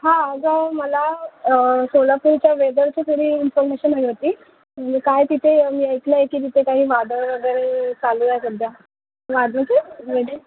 हां अगं मला सोलापूरच्या वेदरची थोडी इन्फमेशन हवी होती म्हणजे काय तिथे मी ऐकलं आहे की तिथे काही वादळ वगैरे चालू आहे सध्या वाजवशील वेडे